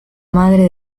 madre